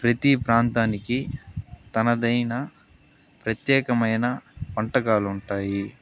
ప్రతీ ప్రాంతానికి తనదైన ప్రత్యేకమైన వంటకాలుంటాయి